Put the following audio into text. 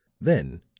Then